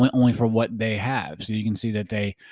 like only for what they have. so you can see that they